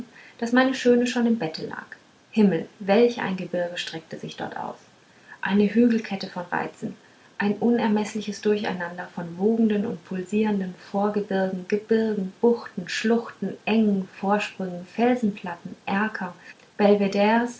daß meine schöne schon im bette lag himmel welch ein gebirge streckte sich dort aus eine hügelkette von reizen ein unermeßliches durcheinander von wogenden und pulsierenden vorgebirgen gebirgen buchten schluchten engen vorsprüngen felsenplatten erker belvederes